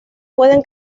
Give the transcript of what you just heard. pueden